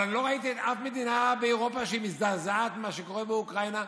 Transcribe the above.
אבל אני לא ראיתי אף מדינה באירופה שמזדעזעת ממה שקורה באוקראינה.